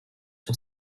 sur